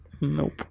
Nope